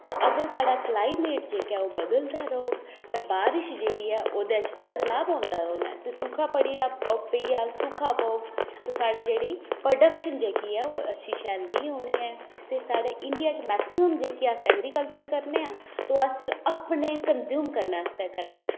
अगर साढ़ा कलाइमेट जेह्ड़ा ओह् बदलदा रौह्ग बारिश जेह्ड़ी ऐ ओह्दे च बी बदलाब पौंदा रौह्ना ऐ सुक्खा पौग ते साढ़ी जेह्डी प्रोडक्शन जेह्ड़ी ऐ अच्छी शैल नेईं होनी ऐ ते साढ़े इंडिया च मैक्सीमम जेह्के अस ऐग्रीकलचर करने आं ओह् अस अपने कंज्यूम करने आस्तै करने आं